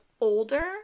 older